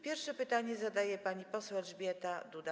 Pierwsze pytanie zadaje pani poseł Elżbieta Duda.